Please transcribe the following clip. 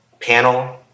panel